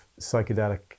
psychedelic